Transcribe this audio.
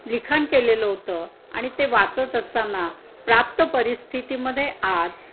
लिखाण केलेलं होतं आणि ते वाचत असताना प्राप्त परिस्थितीमध्ये आज